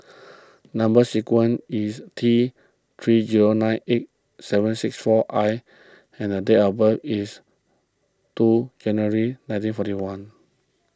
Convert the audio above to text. Number Sequence is T three zero nine eight seven six four I and the date of birth is two January nineteen forty one